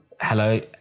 hello